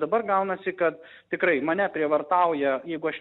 dabar gaunasi kad tikrai mane prievartauja jeigu aš